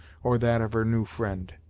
or that of her new friend.